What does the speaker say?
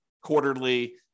quarterly